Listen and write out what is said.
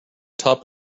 top